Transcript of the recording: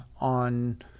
on